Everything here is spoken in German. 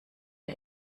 ihr